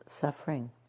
suffering